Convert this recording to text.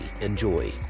Enjoy